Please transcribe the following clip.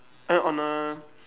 ah on a